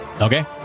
Okay